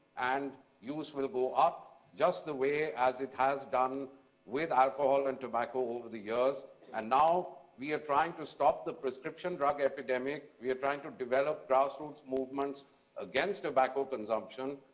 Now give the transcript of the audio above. and use will go up, just the way as it has done with alcohol and tobacco over the years. and now we are trying to stop the prescription drug epidemic. we are trying to develop grassroots movements against tobacco consumption.